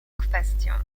kwestię